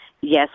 Yes